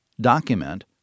document